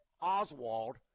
Oswald